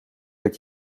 dat